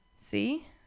See